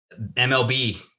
MLB